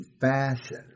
fashion